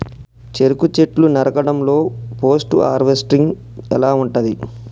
చెరుకు చెట్లు నరకడం లో పోస్ట్ హార్వెస్టింగ్ ఎలా ఉంటది?